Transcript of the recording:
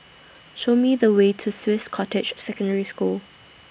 Show Me The Way to Swiss Cottage Secondary School